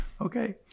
okay